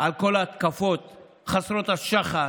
על כל ההתקפות חסרות השחר,